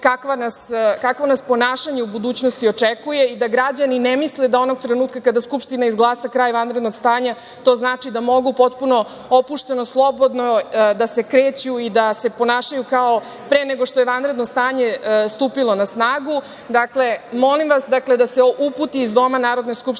kakvo nas ponašanje u budućnosti očekuje, da građani ne misle da onog trenutka kada Skupština izglasa kraj vanrednog stanja to znači da mogu potpuno opušteno, slobodno da se kreću i da se ponašaju kao pre nego što je vanredno stanje stupilo na snagu. Dakle, molim vas da se uputi iz Doma Narodne skupštine